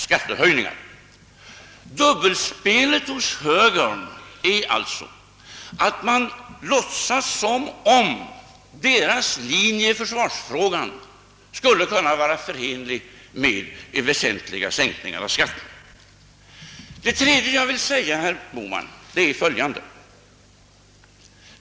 Högerns dubbelspel innebär alltså att högern låtsas som om dess linje i försvarsfrågan skulle kunna vara förenlig med väsentliga skattesänkningar. Det tredje jag vill säga till herr Bohman är följande.